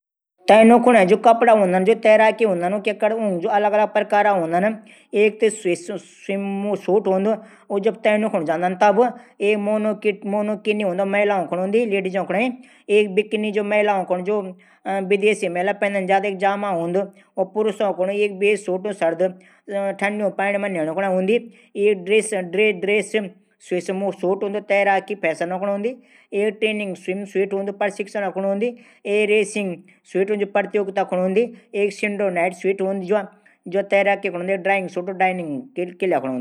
तैरनू जू कपडा हूदन तैराकी कूने अलग अलग प्रकार का हूदन जन कि. एक स्वीम सूट हूदू जू जब तैरनू जांदा तब पहनदा। एक मोनो किन। हूदी महिलाओं कूने हूदी। एक बिकनी हूदी जू विदेशी महिला पहनदी। पुरूषों कुण एक बेस सूट हूंदु। एक डेरसिप सूट हूदू